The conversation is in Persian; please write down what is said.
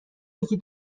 یکی